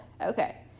Okay